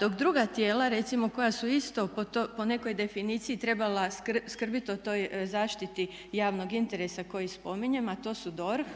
dok druga tijela recimo koja su isto po nekoj definiciji trebala skrbiti o toj zaštiti javnog interesa koji spominjem, a to su DORH